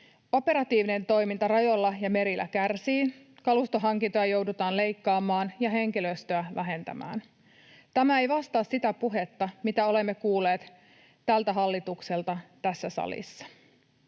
Operatiivinen toiminta rajoilla ja merillä kärsii, kalustohankintoja joudutaan leikkaamaan ja henkilöstöä vähentämään. Tämä ei vastaa sitä puhetta, mitä olemme kuulleet tältä hallitukselta tässä salissa.